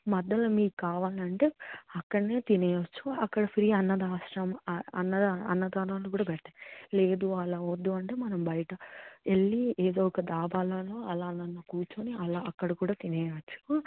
మధ్యలో మీకు కావాలంటే అక్కడనే తినచ్చు అక్కడ ఫ్రీ అనాధాశ్రమం అన్నదా అన్నదానాన్ని కూడా పెడతయ్ లేదు అలా వద్దు అంటే మనం బయట వెళ్ళి ఏదో ఒక దాబాలోనో అలా అన్నా కూర్చొని అలా అక్కడ కూడా తినేయచ్చు